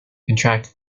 contracted